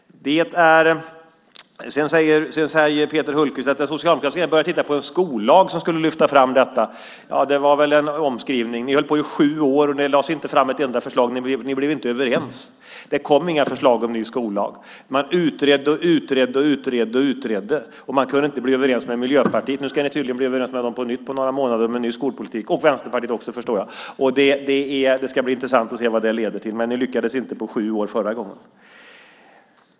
Sedan säger Peter Hultqvist att Socialdemokraterna började titta på en skollag som skulle lyfta fram detta. Ja, det var väl en omskrivning. Ni höll på i sju år, och det lades inte fram ett enda förslag. Ni blev inte överens. Det kom inga förslag om ny skollag. Man utredde och utredde, och man kunde inte bli överens med Miljöpartiet. Nu ska ni tydligen bli överens med dem om en ny skolpolitik på några månader, och med Vänsterpartiet också, förstår jag. Det ska bli intressant att se vad det leder till. Men ni lyckades inte på sju år förra gången.